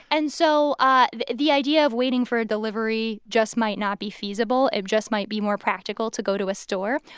and so ah the the idea of waiting waiting for delivery just might not be feasible. it just might be more practical to go to a store.